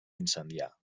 incendiar